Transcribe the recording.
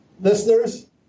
Listeners